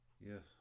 yes